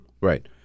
Right